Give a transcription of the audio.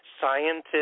scientists